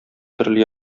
төрле